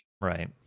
right